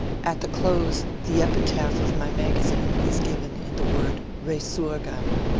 at the close the epitaph of my magazine is given in the word besurgam.